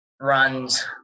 runs